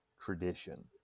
tradition